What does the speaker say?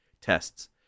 tests